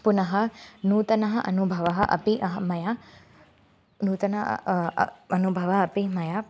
पुनः नूतनः अनुभवः अपि अहं मया नूतनः अनुभवः अपि मया